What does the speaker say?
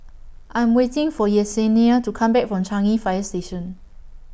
I Am waiting For Yessenia to Come Back from Changi Fire Station